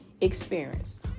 experience